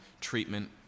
treatment